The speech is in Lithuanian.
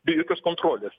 be jokios kontrolės